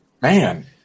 Man